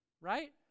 right